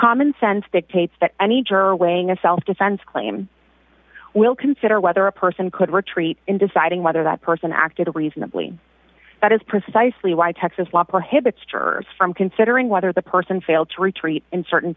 common sense dictates that any juror weighing a self defense claim will consider whether a person could retreat in deciding whether that person acted reasonably that is precisely why texas law prohibits jurors from considering whether the person failed to retreat in certain